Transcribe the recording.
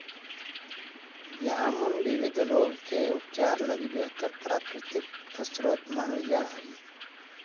जामुन विविध रोग के उपचार लगी बेहतर प्राकृतिक स्रोत मानल जा हइ